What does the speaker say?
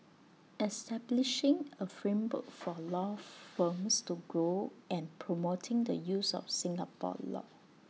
establishing A framework for law firms to grow and promoting the use of Singapore law